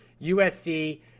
USC